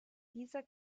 dieser